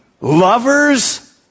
lovers